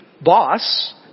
boss